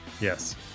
Yes